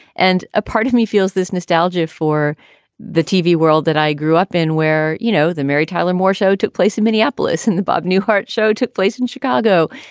and a part of me feels this nostalgia for the tv world that i grew up in, where, you know, the mary tyler moore show took place in minneapolis in the bob newhart show took place in chicago.